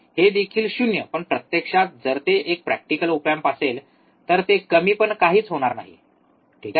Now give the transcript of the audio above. हे देखील 0 पण प्रत्यक्षात जर ते एक प्रॅक्टिकल ओप एम्प असेल तर ते कमी पण काहीच होणार नाही ठीक आहे